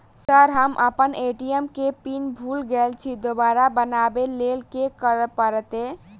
Sir हम अप्पन ATM केँ पिन भूल गेल छी दोबारा बनाबै लेल की करऽ परतै?